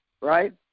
right